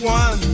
one